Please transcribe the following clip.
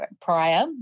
prior